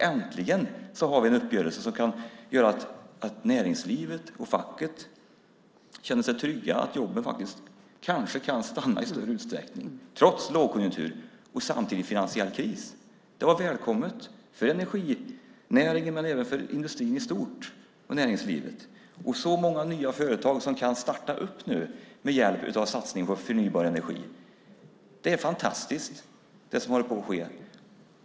Äntligen har vi en uppgörelse som kan göra att näringslivet och facket känner sig trygga och att jobben kanske faktiskt kan stanna i större utsträckning trots lågkonjunktur och samtidig finansiell kris. Det var välkommet för energinäringen men även för näringslivet och industrin i stort. Så många nya företag det är som kan starta nu med hjälp av satsningen på förnybar energi! Det är fantastiskt, det som håller på att ske.